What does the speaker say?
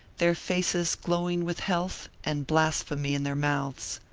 their faces glowing with health and blasphemy in their mouths.